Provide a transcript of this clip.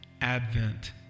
Advent